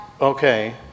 Okay